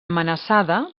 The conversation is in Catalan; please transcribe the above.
amenaçada